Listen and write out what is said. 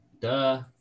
duh